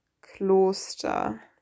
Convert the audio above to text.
Kloster